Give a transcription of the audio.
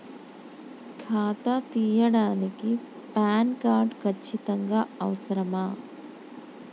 ఖాతా తీయడానికి PAN card ఖచ్చితంగా అవసరమా?